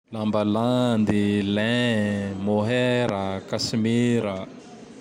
Lamba landy, lin, mohaira a, kasmira a.